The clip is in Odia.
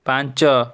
ପାଞ୍ଚ